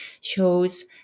shows